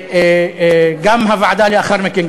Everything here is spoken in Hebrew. וגם הוועדה לאחר מכן,